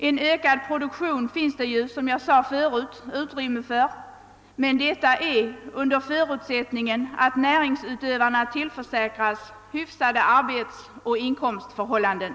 En ökad produktion finns det, som jag tidigare nämnde, utrymme för, men detta är under förutsättning att näringsutövarna tillförsäkras hyfsade arbetsoch inkomstförhållanden.